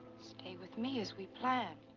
stay with me, as we planned.